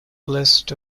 list